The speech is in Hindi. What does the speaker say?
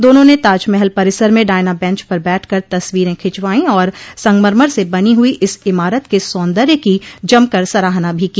दोनों ने ताजमहल परिसर में डायना बेंच पर बैठ कर तस्वीरें खिंचवाई और संगमरमर से बनी हुई इस इमारत के सौन्दर्य की जमकर सराहना भी की